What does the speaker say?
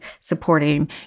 supporting